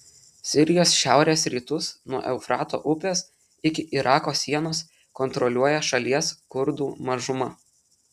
sirijos šiaurės rytus nuo eufrato upės iki irako sienos kontroliuoja šalies kurdų mažuma